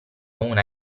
una